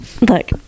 look